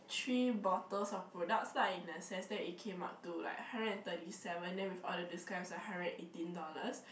three bottles of products lah in the sense that it came up to like hundred and thirty seven then with all the discounts it's like hundred and eighteen dollars